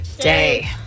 Day